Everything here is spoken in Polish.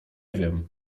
wiem